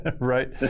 Right